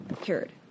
cured